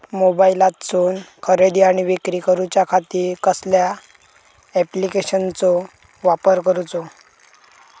मोबाईलातसून खरेदी आणि विक्री करूच्या खाती कसल्या ॲप्लिकेशनाचो वापर करूचो?